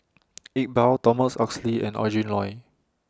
Iqbal Thomas Oxley and Adrin Loi